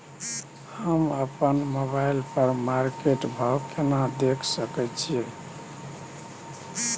हम अपन मोबाइल पर मार्केट भाव केना देख सकै छिये?